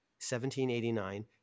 1789